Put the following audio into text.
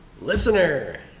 listener